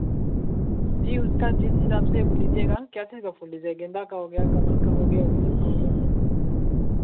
जी उसका जिस हिसाब से वो लीजिएगा क्या का फूल लीजिएगा गेंदा का हो गया कमल का हो गया का हो गया